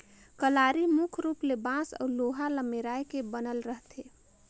कलारी मुख रूप ले बांस अउ लोहा ल मेराए के बनल रहथे